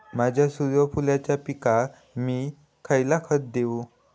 माझ्या सूर्यफुलाच्या पिकाक मी खयला खत देवू?